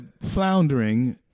floundering